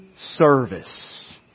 service